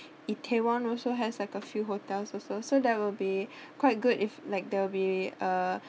itaewon also has like a few hotels also so that will be quite good if like there'll be uh